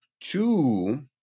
Two